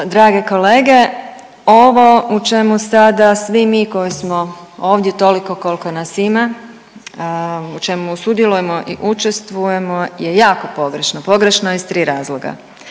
Dragi kolege, ovo u čemu sada svi mi koji smo ovdje toliko koliko nas ima, u čemu sudjelujemo i učestvujemo je jako pogrešno. Pogrešno je iz 3 razloga.